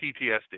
PTSD